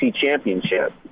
championship